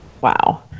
Wow